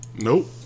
Nope